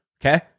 Okay